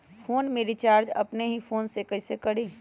Phone में recharge अपने ही फ़ोन से कईसे करी?